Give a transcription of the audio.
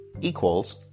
equals